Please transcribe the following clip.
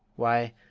why,